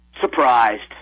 surprised